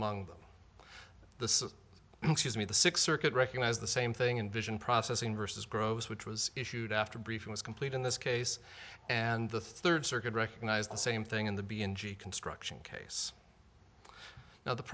them the excuse me the sixth circuit recognized the same thing in vision processing versus gross which was issued after a briefing was complete in this case and the third circuit recognized the same thing in the b in g construction case now the